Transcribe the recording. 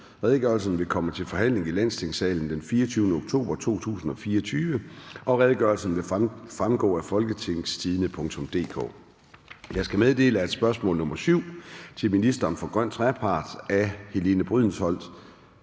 Redegørelsen vil komme til forhandling i Landstingssalen den 24. oktober 2024, og redegørelsen vil fremgå af www.folketingstidende.dk. Jeg skal meddele, at spørgsmål nr. 7 (spørgsmål nr. S 39) til ministeren for grøn trepart af Helene Brydensholt,